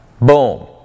boom